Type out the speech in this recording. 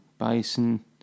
Bison